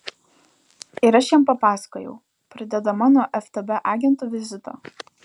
ir aš jam papasakojau pradėdama nuo ftb agentų vizito